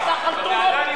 עשה חלטורות.